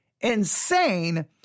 insane